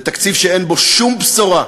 זה תקציב שאין בו שום בשורה,